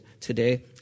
today